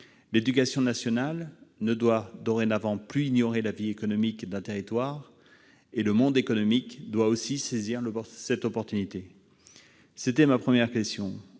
L'éducation nationale ne doit dorénavant plus ignorer la vie économique d'un territoire, et le monde économique doit aussi saisir cette chance. C'était le premier point